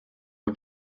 are